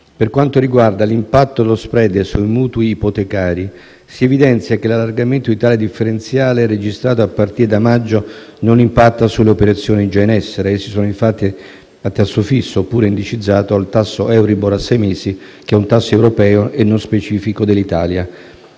per quanto riguarda l'impatto dello *spread* sui mutui ipotecari, si evidenzia che l'allargamento di tale differenziale, registrato a partire da maggio, non impatta sulle operazioni già in essere. Essi sono infatti a tasso fisso, oppure indicizzato al tasso Euribor a sei mesi, che è un tasso europeo e non specifico dell'Italia.